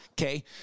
okay